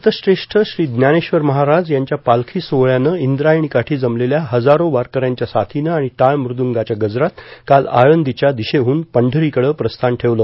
संतश्रेष्ठ श्री ज्ञानेश्वर महाराज यांच्या पालखी सोहळ्यानं इंद्रायणी काठी जमलेल्या हजारो वारकऱ्यांच्या साथीनं आणि टाळ मूद्रगांच्या गजरात काल आळंदीच्या दिशेहून पंढरीकडं प्रस्थान ठवेलं